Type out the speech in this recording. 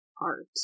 art